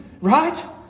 right